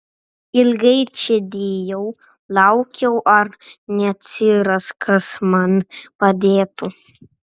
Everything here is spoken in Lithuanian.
ilgai čėdijau laukiau ar neatsiras kas man padėtų